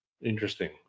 Interesting